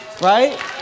Right